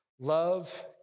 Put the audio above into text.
Love